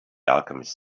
alchemist